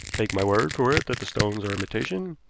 take my word for it that the stones are imitation,